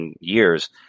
years